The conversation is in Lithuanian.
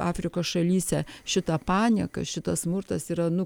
afrikos šalyse šita panieka šitas smurtas yra nu